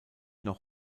noch